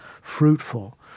fruitful